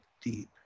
deep